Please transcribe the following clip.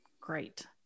Great